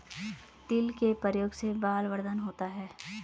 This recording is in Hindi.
तिल के प्रयोग से बलवर्धन होता है